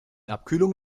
abkühlung